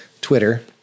Twitter